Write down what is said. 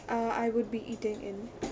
uh I would be eating in